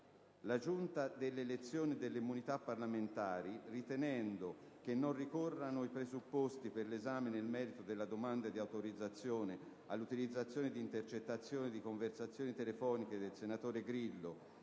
La Giunta delle elezioni e delle immunità parlamentari, ritenendo che non ricorrano i presupposti per l'esame nel merito della domanda di autorizzazione all'utilizzazione di intercettazioni di conversazioni telefoniche del senatore Grillo,